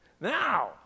Now